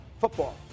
football